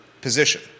position